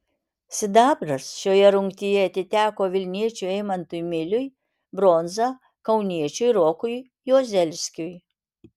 sidabras šioje rungtyje atiteko vilniečiui eimantui miliui bronza kauniečiui rokui juozelskiui